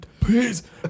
Please